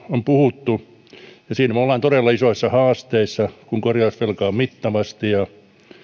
on puhuttu ja siinä me olemme todella isoissa haasteissa kun korjausvelkaa on mittavasti